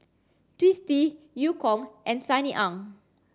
Twisstii Eu Kong and Sunny Ang